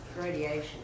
radiation